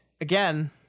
again